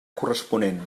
corresponent